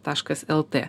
taškas lt